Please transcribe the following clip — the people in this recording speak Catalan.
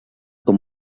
com